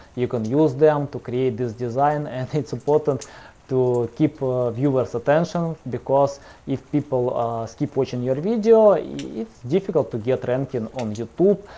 you can use them to create this design and it's important to keep ah viewers attention because if people keep watching your video, yeah it's difficult to get ranking on youtube.